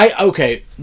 Okay